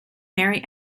mary